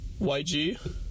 yg